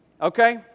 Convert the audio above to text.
Okay